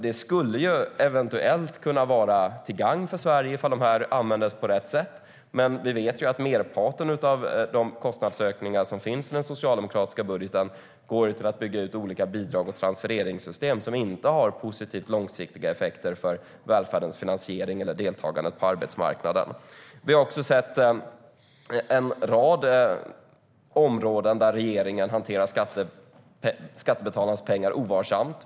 Det skulle eventuellt kunna vara till gagn för Sverige ifall de används på rätt sätt, men vi vet att merparten av kostnadsökningarna i den socialdemokratiska budgeten går till att bygga ut olika bidrag och transfereringssystem som inte har långsiktigt positiva effekter för välfärdens finansiering eller för deltagandet på arbetsmarknaden. Vi har också sett en rad områden där regeringen hanterar skattebetalarnas pengar ovarsamt.